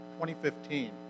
2015